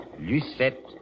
Lucette